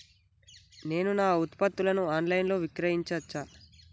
నేను నా ఉత్పత్తులను ఆన్ లైన్ లో విక్రయించచ్చా?